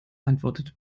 antwortet